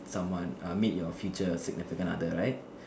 someone err meet your future significant other right